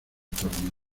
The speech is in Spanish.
tormenta